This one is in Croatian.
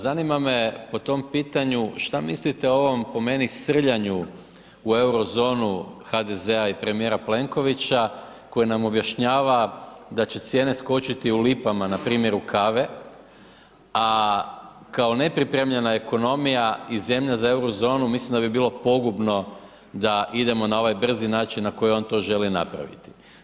Zanima me po tom pitanju, što mislite, o ovom po meni srljanju u eurozonu HDZ-a i premjera Plenkovića, koji nam objašnjava da će cijene skočiti u lipama na primjeru kave, a kao nepripremljena ekonomija i zemlja za eurozonu, mislim da bi bilo pogubno da idemo na ovaj brzi način, na koji on to želi napraviti.